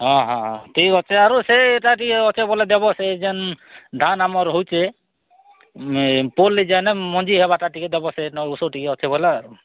ହଁ ହଁ ଠିକ୍ ଅଛେ ଆରୁ ସେଟା ଟିକେ ଅଛେ ବୋଲେ ଦେବ ସେ ଯେନ୍ ଧାନ୍ ଆମର ହେଉଛେ ଏ ମଞ୍ଜି ହେବାର୍ଟାକି ଟିକେ ଦେବ ଓଷଧ ଅଛି ବୋଲେ